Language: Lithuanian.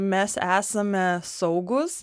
mes esame saugūs